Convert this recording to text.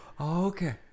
Okay